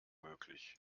möglich